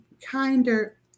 kinder